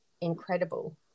incredible